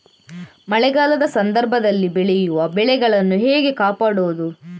ಮಳೆಗಾಲದ ಸಂದರ್ಭದಲ್ಲಿ ಬೆಳೆಯುವ ಬೆಳೆಗಳನ್ನು ಹೇಗೆ ಕಾಪಾಡೋದು?